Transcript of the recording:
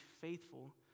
faithful